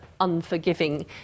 unforgiving